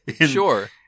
Sure